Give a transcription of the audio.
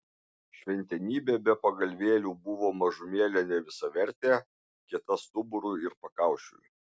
šventenybė be pagalvėlių buvo mažumėlę nevisavertė kieta stuburui ir pakaušiui